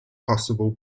possible